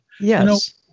Yes